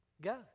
Go